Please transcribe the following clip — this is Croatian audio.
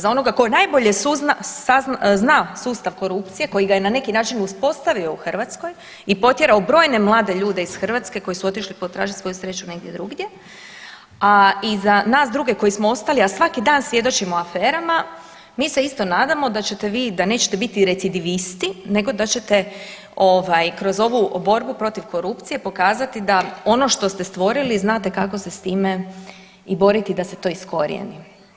Za onoga tko najbolje zna sustav korupcije, koji ga je na neki način uspostavio u Hrvatskoj, i potjerao brojne mlade ljude iz Hrvatske koji su otišli potražiti svoju sreću negdje drugdje, a i za nas druge koji smo ostali, a svaki dan svjedočimo aferama, mi se isto nadamo da ćete vi, da nećete biti recidivisti, nego da ćete kroz ovu borbu protiv korupcije pokazati da ono što ste stvorili, znate kako se s time i boriti da se to iskorijeni.